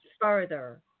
further